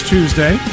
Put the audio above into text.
Tuesday